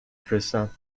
فرستم